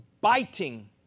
biting